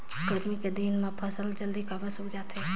गरमी कर दिन म फसल जल्दी काबर सूख जाथे?